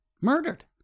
murdered